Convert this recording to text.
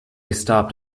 stopped